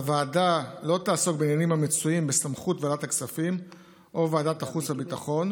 הוועדה לא תעסוק בעניינים שבסמכות ועדת הכספים או ועדת החוץ והביטחון,